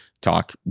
talk